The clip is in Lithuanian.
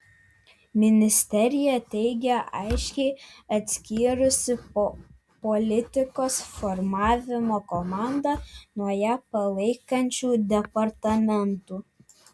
ministerija teigia aiškiai atskyrusi politikos formavimo komandą nuo ją palaikančių departamentų